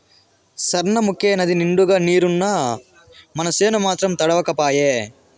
సార్నముకే నదినిండుగా నీరున్నా మనసేను మాత్రం తడవక పాయే